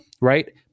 right